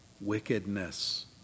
Wickedness